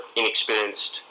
inexperienced